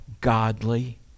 godly